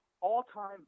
all-time